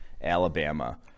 Alabama